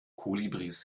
kolibris